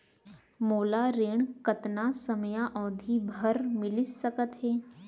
मोला ऋण कतना समयावधि भर मिलिस सकत हे?